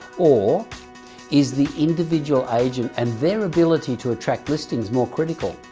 or is the individual agent and their ability to attract listings more critical?